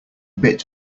bit